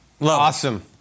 Awesome